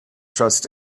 trust